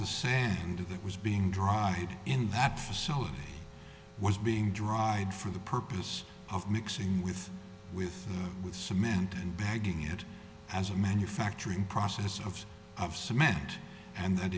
sand that was being dried in that facility was being dried for the purpose of mixing with with with cement and bagging it as a manufacturing process of of cement and that